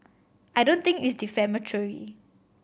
I don't think it's defamatory